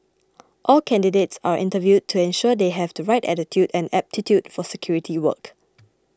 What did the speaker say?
all candidates are interviewed to ensure they have the right attitude and aptitude for security work